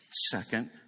second